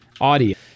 audio